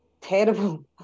terrible